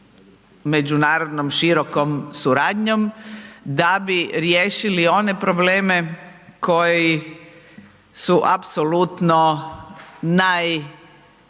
međunarodnom širokom suradnjom da bi riješili one probleme koji su apsolutno najopasniji